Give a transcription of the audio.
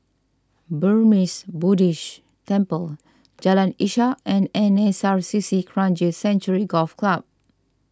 Burmese Buddhist Temple Jalan Ishak and N S R C C Kranji Sanctuary Golf Club